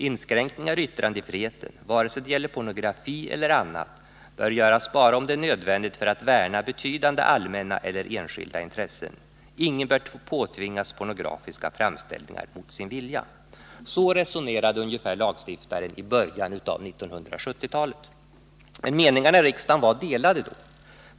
Inskränkningar i yttrandefriheten, vare sig det gäller pornografi eller annat, bör göras bara om det är nödvändigt för att värna betydande allmänna eller enskilda intressen. Ingen bör påtvingas pornografiska framställningar mot sin vilja. Så ungefär resonerade alltså lagstiftaren i början av 1970-talet. Meningarna i riksdagen var emellertid delade.